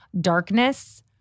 darkness